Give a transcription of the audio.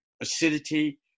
acidity